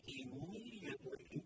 immediately